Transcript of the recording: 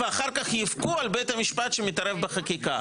ואחר כך יבכו על בית המשפט שמתערב בחקיקה.